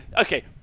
Okay